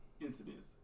incidents